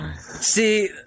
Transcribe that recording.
See